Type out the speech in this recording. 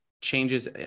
changes